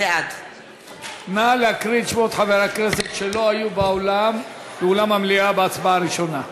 בעד נא להקריא את שמות חברי הכנסת שלא היו באולם המליאה בהצבעה הראשונה.